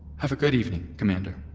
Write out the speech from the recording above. have a good evening, commander.